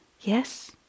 Yes